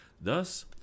Thus